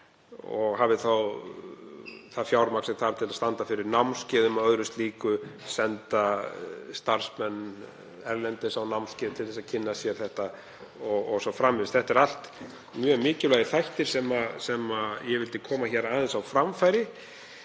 og hafi þá það fjármagn sem þarf til að standa fyrir námskeiðum og öðru slíku, senda starfsmenn erlendis á námskeið til að kynna sér þessi mál o.s.frv. Þetta eru allt mjög mikilvægir þættir sem ég vildi koma hér á framfæri.